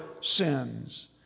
sins